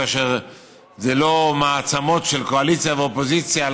כאשר זה לא מעצמות של קואליציה ואופוזיציה אלא